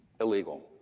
illegal